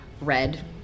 red